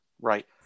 right